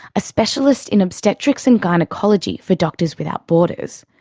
a specialist in obstetrics and gynaecology for doctors without borders.